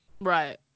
Right